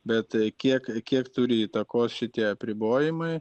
bet kiek kiek turi įtakos šitie apribojimai